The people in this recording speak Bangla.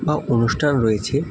বা অনুষ্ঠান রয়েছে